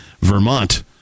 Vermont